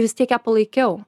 vis tiek ją palaikiau